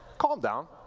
calm down.